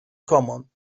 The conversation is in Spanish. common